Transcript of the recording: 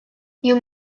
you